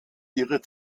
ihre